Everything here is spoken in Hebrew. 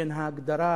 בין ההגדרה